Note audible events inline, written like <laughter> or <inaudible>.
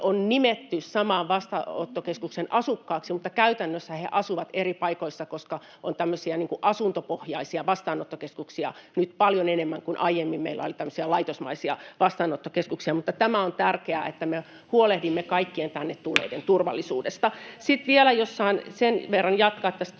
on nimetty saman vastaanottokeskuksen asukkaiksi mutta käytännössä he asuvat eri paikoissa, koska on tämmöisiä asuntopohjaisia vastaanottokeskuksia nyt paljon enemmän, kun aiemmin meillä oli laitosmaisia vastaanottokeskuksia. On tärkeää, että me huolehdimme kaikkien tänne tulleiden turvallisuudesta. <noise> Sitten vielä — jos saan sen verran jatkaa — tässä